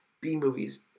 B-movies